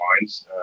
minds